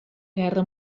guerra